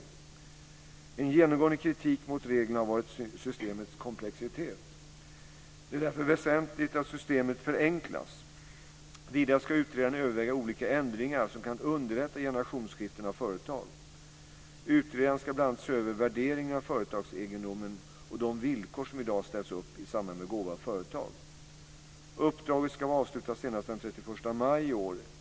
En genomgående kritik mot reglerna har varit systemets komplexitet. Det är därför väsentligt att systemet förenklas. Vidare ska utredaren överväga olika ändringar som kan underlätta generationsskiften av företag. Utredaren ska bl.a. se över värderingen av företagsegendomen och de villkor som i dag ställs upp i samband med gåva av företag. Uppdraget ska vara avslutat senast den 31 maj i år.